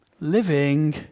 living